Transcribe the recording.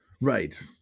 Right